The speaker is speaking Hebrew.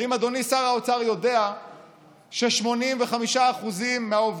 האם אדוני שר האוצר יודע ש-85% מהעובדים